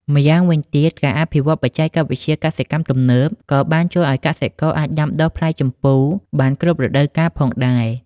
ម្យ៉ាងវិញទៀត ការអភិវឌ្ឍន៍បច្ចេកវិទ្យាកសិកម្មទំនើបក៏បានជួយឱ្យកសិករអាចដាំដុះផ្លែជម្ពូបានគ្រប់រដូវកាលផងដែរ។